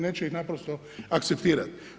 Neće ih naprosto akceptirat.